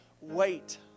wait